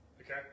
Okay